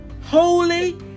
holy